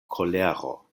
kolero